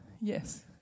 Yes